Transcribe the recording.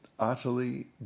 Utterly